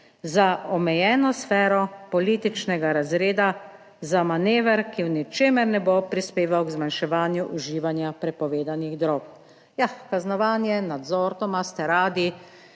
za omejeno sfero političnega razreda, za manever, ki v ničemer ne bo prispeval k zmanjševanju uživanja prepovedanih drog. Ja, kaznovanje, nadzor, to imate radi.